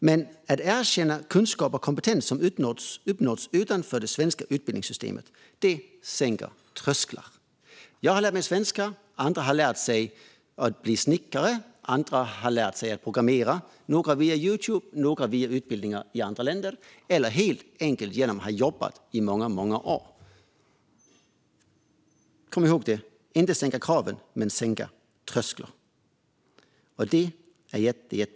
Men att erkänna kunskap och kompetens som uppnåtts utanför det svenska utbildningssystemet sänker trösklar. Jag har lärt mig svenska. Andra har lärt sig till snickare eller att programmera - några via Youtube, några via utbildningar i andra länder eller helt enkelt genom att ha jobbat i många år. Kom ihåg: Det handlar inte om att sänka kraven utan om att sänka trösklar. Det är jätteviktigt.